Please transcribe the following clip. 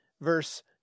verse